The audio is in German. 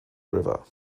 river